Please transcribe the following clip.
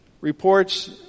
reports